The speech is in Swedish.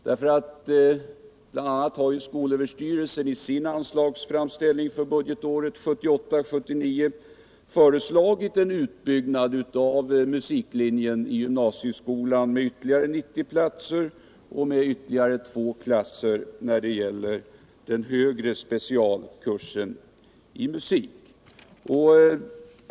Skolöverstyrelsen har bl.a. i sin anslagsframställning för budgetåret 1978/79 föreslagit en utbyggnad av musiklinjen i gymnasieskolan med ytterligare 90 platser och med ytterligare två klasser när det gäller den högre specialkursen i musik.